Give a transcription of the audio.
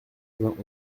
vingt